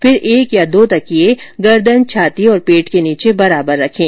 फिर एक या दो तकिये गर्दन छाती और पेट के नीचे बराबर रखें